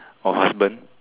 or husband